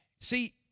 See